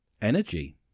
Energy